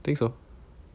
think so